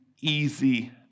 easy